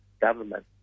government